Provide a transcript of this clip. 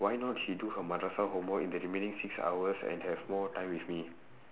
why not she do her homework in the remaining six hours and have more time with me